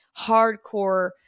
hardcore